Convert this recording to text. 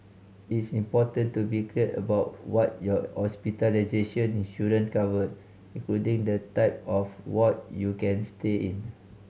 it's important to be clear about what your hospitalization insurance cover including the type of ward you can stay in